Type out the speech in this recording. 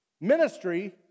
Ministry